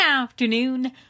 Afternoon